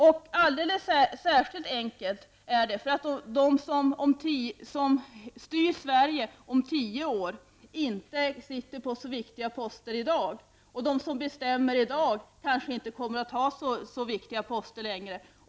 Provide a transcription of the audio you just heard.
Och alldeles särskilt enkelt är det för dem som styr Sverige om tio år att inte ha så viktiga poster i dag. De som bestämmer i dag kanske då inte kommer att ha så viktiga poster längre.